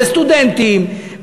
בסטודנטים,